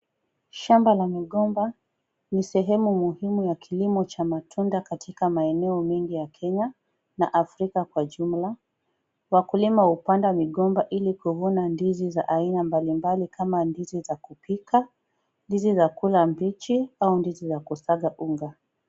Shamba la migomba ni sehemu muhimu ya kilimo cha matunda katika maeneo mingi ya Kenya na Afrika kwa jumla. Wakulima hupanda migomba ili kuvuna ndizi za aina mbalimbali kama ndizi za kupika, ndizi za kula mbichi au ndizi za kusaga unga.